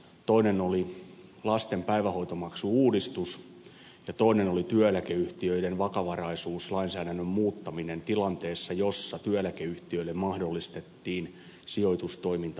toinen oli lasten päivähoitomaksu uudistus ja toinen oli työeläkeyhtiöiden vakavaraisuuslainsäädännön muuttaminen tilanteessa jossa työeläkeyhtiöille mahdollistettiin sijoitustoiminta osakkeisiin